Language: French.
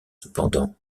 cependant